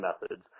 methods